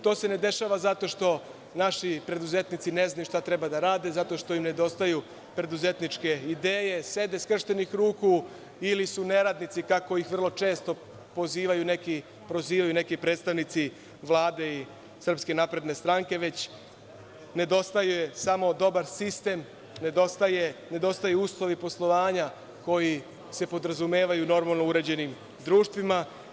To se ne dešava zato što naši preduzetnici ne znaju šta treba da rade, zato što im nedostaju preduzetničke ideje, sede skrštenih ruku, ili su neradnici, kako ih vrlo često prozivaju neki predstavnici Vlade i SNS, već nedostaje samo dobar sistem, nedostaju uslovi poslovanja koji se podrazumevaju u normalno uređenim društvima.